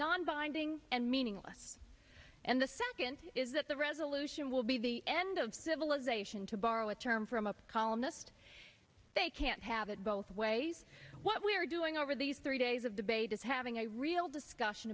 non binding and meaningless and the second is that the resolution will be the end of civilization to borrow a term from a columnist they can't have it both ways what we're doing over these three days of debate is having a real discussion